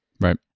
Right